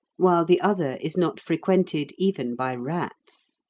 while the other is not frequented even by rats.